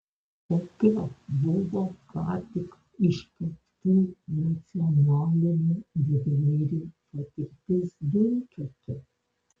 kokia buvo ką tik iškeptų nacionalinių didvyrių patirtis diunkerke